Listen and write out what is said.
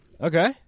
Okay